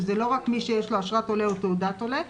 שזה לא רק מי שיש לו אשרת עולה או תעודת עולה,